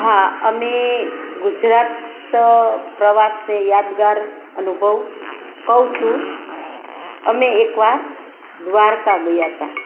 હા અમે ગુજરાત પ્રવાસને યાદગાર અનુભવ કહું છું અમે એકવાર દ્વારકા ગયા હતાં